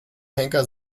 henker